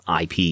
IP